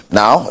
Now